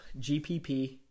GPP